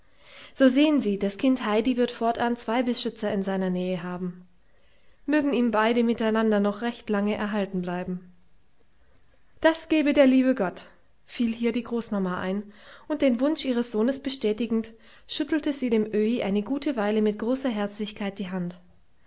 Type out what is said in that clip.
so sehen sie das kind heidi wird fortan zwei beschützer in seiner nähe haben mögen ihm beide miteinander noch recht lange erhalten bleiben das gebe der liebe gott fiel hier die großmama ein und den wunsch ihres sohnes bestätigend schüttelte sie dem öhi eine gute weile mit großer herzlichkeit die hand